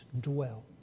Dwell